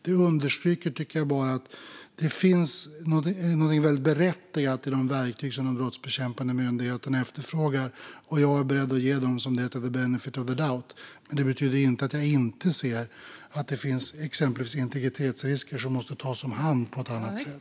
Detta understryker dock att det finns något väldigt berättigat i de verktyg som de brottsbekämpande myndigheterna efterfrågar, och jag är beredd att ge dem "the benefit of the doubt". Det betyder dock inte att jag inte ser att det finns exempelvis integritetsrisker som måste tas om hand på ett annat sätt.